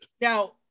Now